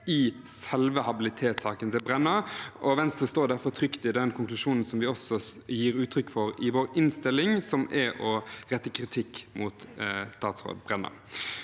i selve habilitetssaken til Brenna. Venstre står derfor trygt i den konklusjonen vi også gir uttrykk for i vår innstilling, som er å rette kritikk mot statsråd Brenna.